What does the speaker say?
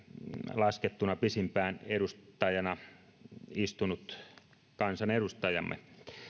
laskettuna pisimpään edustajana istunut kansanedustajamme